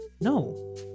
No